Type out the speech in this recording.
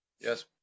Yes